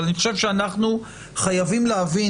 אבל אני חושב שאנחנו חייבים להבין,